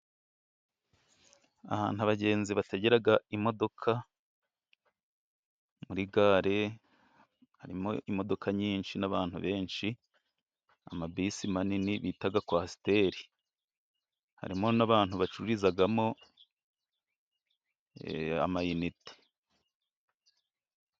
Ahantu abagenzi bategera imodoka, muri gare harimo imodoka nyinshi n'abantu benshi, amabisi manini bita kwasteri, harimo n'abantu bacururizamo amayinite.